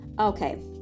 Okay